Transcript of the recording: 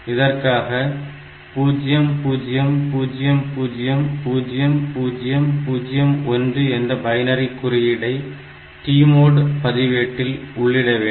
இதற்காக 00000001 என்ற பைனரி குறியீடை TMOD பதிவேட்டில் உள்ளிட வேண்டும்